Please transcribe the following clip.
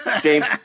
James